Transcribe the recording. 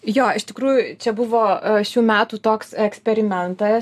jo iš tikrųjų čia buvo šių metų toks eksperimentas